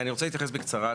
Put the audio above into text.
כן, אני רוצה להתייחס בקצרה.